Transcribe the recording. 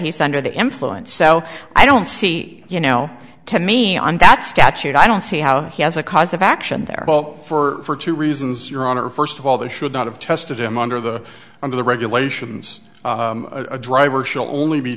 he's under the influence so i don't see you know to me on that statute i don't see how he has a cause of action there for two reasons your honor first of all the should not have tested him under the under the regulations a driver shall only be